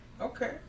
Okay